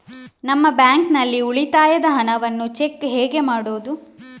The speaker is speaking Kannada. ನಮ್ಮ ಬ್ಯಾಂಕ್ ನಲ್ಲಿ ಉಳಿತಾಯದ ಹಣವನ್ನು ಚೆಕ್ ಹೇಗೆ ಮಾಡುವುದು?